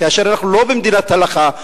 כאשר אנחנו לא במדינת הלכה,